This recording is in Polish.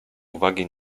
uwagi